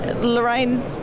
Lorraine